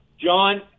John